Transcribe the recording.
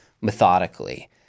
methodically